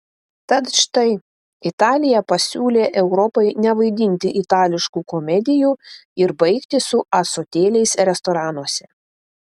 tad štai italija pasiūlė europai nevaidinti itališkų komedijų ir baigti su ąsotėliais restoranuose